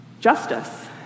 justice